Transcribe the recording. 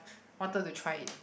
wanted to try it